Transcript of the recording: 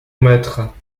maître